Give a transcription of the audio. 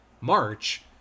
March